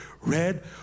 red